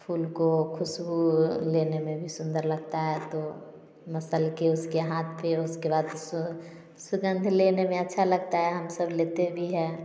फूल को खुशबू लेने में भी सुन्दर लगता है तो मसल के उसके हाथ पर उसके बाद सु सुगंध लेने में अच्छा लगता है हम सब लेते भी हैं